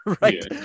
right